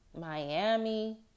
Miami